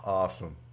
awesome